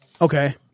Okay